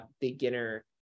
beginner